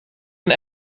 een